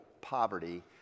poverty